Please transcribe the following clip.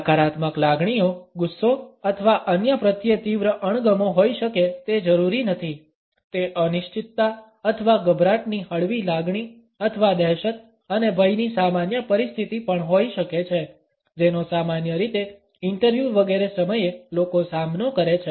નકારાત્મક લાગણીઓ ગુસ્સો અથવા અન્ય પ્રત્યે તીવ્ર અણગમો હોઈ શકે તે જરૂરી નથી તે અનિશ્ચિતતા અથવા ગભરાટની હળવી લાગણી અથવા દહેશત અને ભયની સામાન્ય પરિસ્થિતિ પણ હોઈ શકે છે જેનો સામાન્ય રીતે ઇન્ટરવ્યુ વગેરે સમયે લોકો સામનો કરે છે